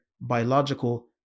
biological